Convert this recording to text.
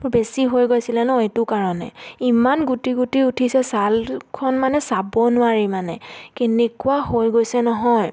মোৰ বেছি হৈ গৈছিলে ন এইটো কাৰণে ইমান গুটি গুটি উঠিছে ছালখন মানে চাব নোৱাৰি মানে কেনেকুৱা হৈ গৈছে নহয়